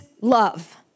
love